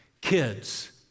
kids